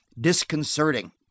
disconcerting